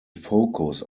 focus